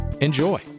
enjoy